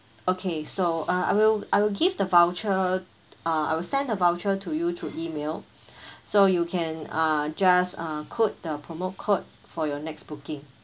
okay so uh I will I will give the voucher uh I will send a voucher to you through email so you can uh just uh quote the promo code for your next booking